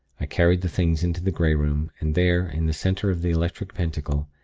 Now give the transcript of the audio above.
i carried the things into the grey room, and there, in the center of the electric pentacle,